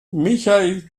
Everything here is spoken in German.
michail